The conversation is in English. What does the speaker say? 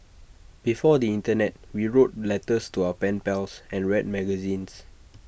before the Internet we wrote letters to our pen pals and read magazines